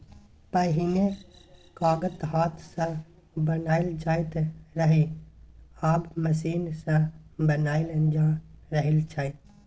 पहिने कागत हाथ सँ बनाएल जाइत रहय आब मशीन सँ बनाएल जा रहल छै